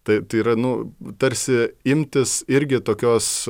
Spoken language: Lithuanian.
tai tai yra nu tarsi imtis irgi tokios